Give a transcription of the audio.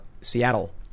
Seattle